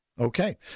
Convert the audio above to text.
Okay